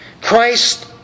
Christ